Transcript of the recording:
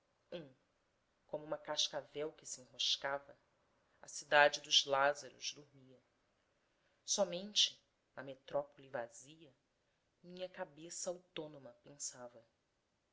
como uma cascavel que se enroscava a cidade dos lázaros dormia somente na metróplole vazia minha cabeça autônoma pensava